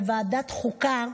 בוועדת החוקה,